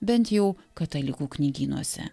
bent jau katalikų knygynuose